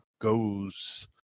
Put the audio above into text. goes